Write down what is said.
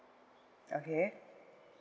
okay